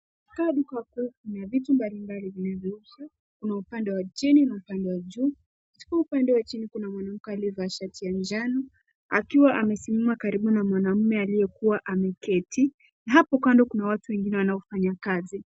Katika duka kuu kuna vitu mbalimbali vinavyouzwa. Kuna upande wa chini na upande wa juu. Katika upande wa chini, kuna mwanamke aliyevaa shati ya njano akiwa amesimama karibu na mwanaume aliyekuwa ameketi na hapo kando kuna watu wengine wanaofanya kazi.